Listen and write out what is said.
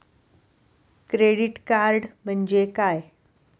Credit card म्हणजे काय?